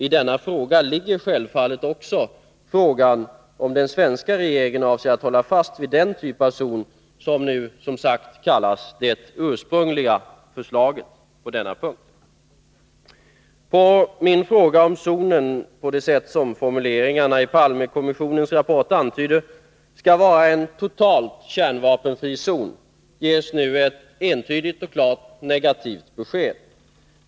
I denna fråga ligger självfallet frågan om den svenska regeringen avser att hålla fast vid den typ av zon som nu kallas ”det ursprungliga förslaget”. På min fråga om zonen — på det sätt som formuleringarna i Palmekommissionens rapport antyder — skall vara en totalt kärnvapenfri zon ges nu ett entydigt och klart negativt besked.